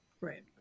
Right